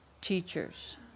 teachers